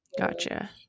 Gotcha